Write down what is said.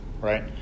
right